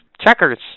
Checkers